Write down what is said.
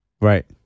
Right